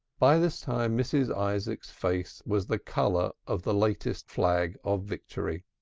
by this time mrs. isaacs's face was the color of the latest flag of victory.